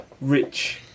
rich